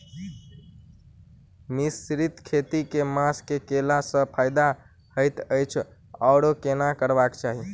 मिश्रित खेती केँ मास मे कैला सँ फायदा हएत अछि आओर केना करबाक चाहि?